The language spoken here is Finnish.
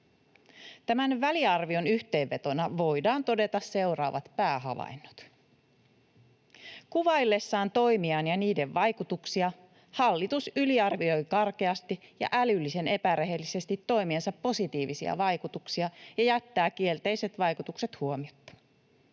Tämän väliarvion yhteenvetona voidaan todeta seuraavat päähavainnot: Kuvaillessaan toimiaan ja niiden vaikutuksia hallitus yliarvioi karkeasti ja älyllisen epärehellisesti toimiensa positiivisia vaikutuksia ja jättää kielteiset vaikutukset huomiotta.